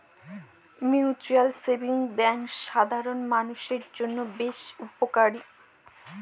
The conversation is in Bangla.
মিউচুয়াল সেভিংস ব্যাঙ্ক সাধারন মানুষের জন্য বেশ উপকারী